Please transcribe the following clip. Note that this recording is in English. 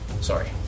Sorry